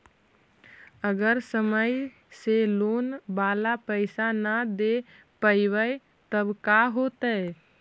अगर समय से लोन बाला पैसा न दे पईबै तब का होतै?